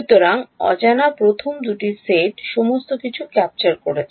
সুতরাং অজানা প্রথম দুটি সেট সমস্ত কিছু ক্যাপচার করেছে